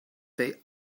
they